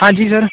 ਹਾਂਜੀ ਸਰ